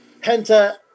Penta